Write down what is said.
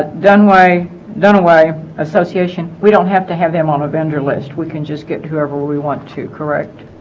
done way donal a association we don't have to have them on a vendor list we can just get to everywhere we want to correct